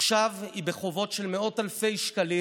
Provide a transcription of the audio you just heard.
עכשיו היא בחובות של מאות אלפי שקלים,